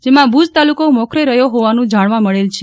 જેમાં ભુજ તાલુકો મોખરે રહ્યો હોવાનું જાણવા મળેલ છે